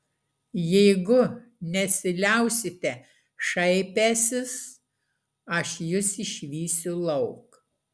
jeigu nesiliausite šaipęsis aš jus išvysiu lauk